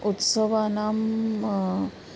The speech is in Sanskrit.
उत्सवानां